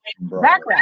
background